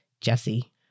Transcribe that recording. Jesse